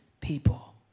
people